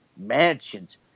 mansions